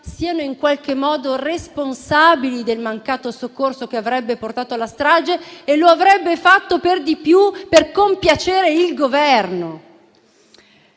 siano in qualche modo responsabili del mancato soccorso che avrebbe portato alla strage e lo avrebbe fatto per di più per compiacere il Governo.